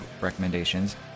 recommendations